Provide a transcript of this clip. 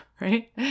right